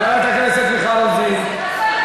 חברת הכנסת מיכל רוזין.